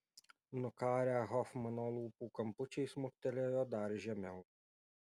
nukarę hofmano lūpų kampučiai smuktelėjo dar žemiau